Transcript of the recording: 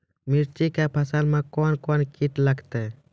मिर्ची के फसल मे कौन कौन कीट लगते हैं?